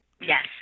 Yes